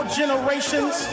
generations